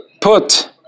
put